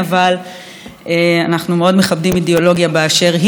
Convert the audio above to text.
אבל אנחנו מאוד מכבדים אידיאולוגיה באשר היא.